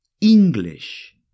English